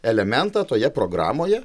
elementą toje programoje